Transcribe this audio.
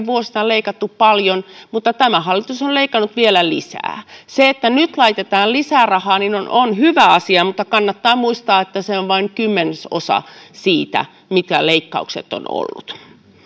vuosina leikattu paljon mutta tämä hallitus on leikannut vielä lisää se että nyt laitetaan lisää rahaa on on hyvä asia mutta kannattaa muistaa että se on vain kymmenesosa siitä mitä leikkaukset ovat olleet